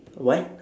a what